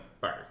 first